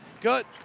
good